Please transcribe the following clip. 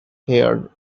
here